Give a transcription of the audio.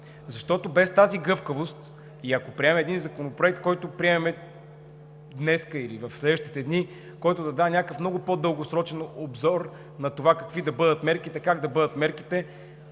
Защото без тази гъвкавост, ако приемем един Законопроект, който приемаме днес или в следващите дни, който да дава някакъв много по-дългосрочен обзор на това какви да бъдат мерките, как да бъдат мерките,